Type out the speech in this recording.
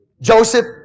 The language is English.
Joseph